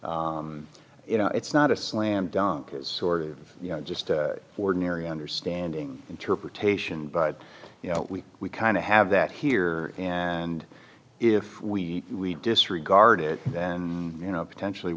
it you know it's not a slam dunk as sort of you know just ordinary understanding interpretation but you know we kind of have that here and if we disregard it then you know potentially